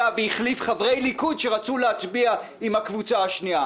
והחליף חברי ליכוד שרצו להצביע עם הקבוצה השנייה.